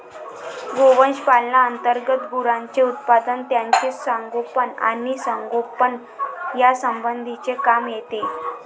गोवंश पालना अंतर्गत गुरांचे उत्पादन, त्यांचे संगोपन आणि संगोपन यासंबंधीचे काम येते